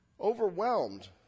overwhelmed